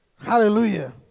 Hallelujah